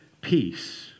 peace